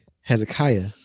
Hezekiah